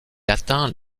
atteint